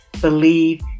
believe